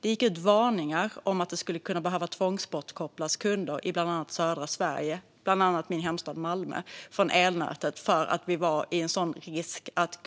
Det gick ut varningar om att kunder skulle kunna behöva tvångsbortkopplas från elnätet i bland annat södra Sverige och min hemstad Malmö därför att det fanns risk för att